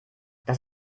das